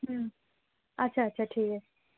হুম আচ্ছা আচ্ছা ঠিক আছে